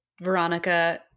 Veronica